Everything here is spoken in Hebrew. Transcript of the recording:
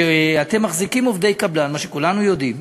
שאתם מחזיקים עובדי קבלן, מה שכולנו יודעים.